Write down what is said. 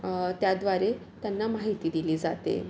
त्याद्वारे त्यांना माहिती दिली जाते